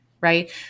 Right